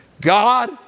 God